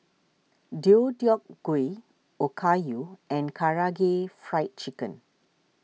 Deodeok Gui Okayu and Karaage Fried Chicken